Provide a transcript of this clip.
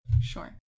Sure